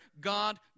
God